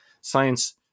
science